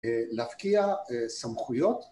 להפקיע סמכויות